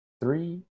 Three